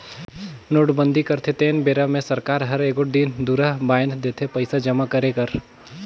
नोटबंदी करथे तेन बेरा मे सरकार हर एगोट दिन दुरा बांएध देथे पइसा जमा करे कर